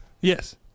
Yes